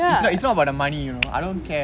it's it's not about the money you know I don't care